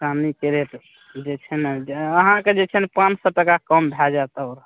चानीके रेट जे छै ने जे अहाँकेँ जे छै ने पाँच सओ टाका कम भए जाएत आओर